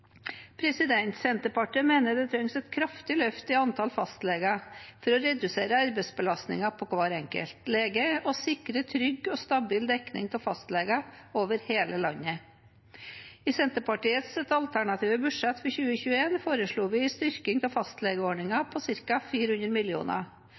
Senterpartiet mener det trengs et kraftig løft i antallet fastleger for å redusere arbeidsbelastningen på hver enkelt lege og sikre trygg og stabil dekning av fastleger over hele landet. I Senterpartiets alternative budsjett for 2021 foreslo vi en styrking av